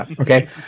okay